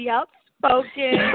Outspoken